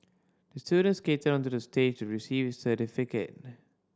the student skated onto the stage receive his certificate